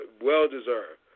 well-deserved